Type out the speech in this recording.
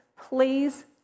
please